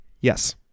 Yes